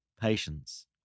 patience